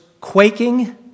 quaking